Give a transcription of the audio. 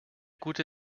gute